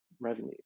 revenue